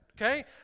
Okay